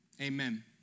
amen